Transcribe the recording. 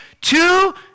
two